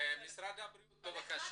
משרד הבריאות בבקשה.